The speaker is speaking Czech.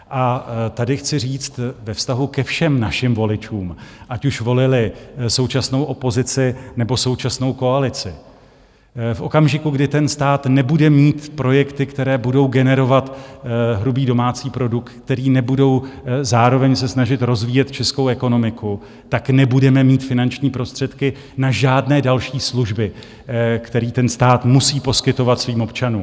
A tady chci říct ve vztahu ke všem našim voličům, ať již volili současnou opozici, nebo současnou koalici, v okamžiku, kdy stát nebude mít projekty, které budou generovat hrubý domácí produkt, které se nebudou zároveň snažit rozvíjet českou ekonomiku, nebudeme mít finanční prostředky na žádné další služby, které stát musí poskytovat svým občanům.